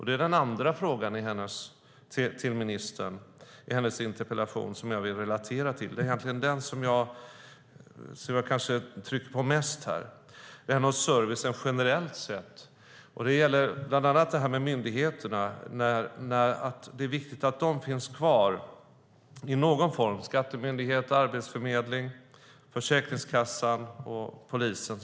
Det är hennes andra fråga till ministern i interpellationen som jag vill relatera till. Det är egentligen den som jag trycker på mest här. Den gäller servicen generellt sett, bland annat i fråga om myndigheterna. Det är viktigt att de finns kvar i någon form, exempelvis Skattemyndigheten, Arbetsförmedlingen, Försäkringskassan och polisen.